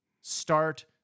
Start